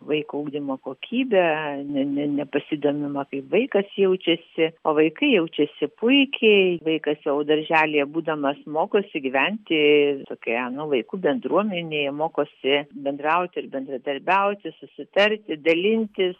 vaikų ugdymo kokybę ne ne nepasidomima kaip vaikas jaučiasi o vaikai jaučiasi puikiai vaikas jau darželyje būdamas mokosi gyventi tokioje nu vaikų bendruomenėje mokosi bendrauti ir bendradarbiauti susitarti dalintis